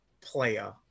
player